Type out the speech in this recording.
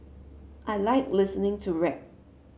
I like listening to rap